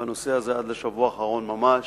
בנושא הזה, עד השבוע האחרון ממש,